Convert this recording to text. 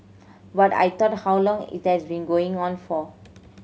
what I thought how long it has been going on for